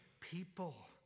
people